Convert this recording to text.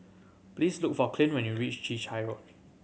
please look for Clint when you reach Chai Chee Road